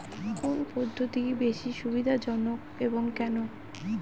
কোন পদ্ধতি বেশি সুবিধাজনক এবং কেন?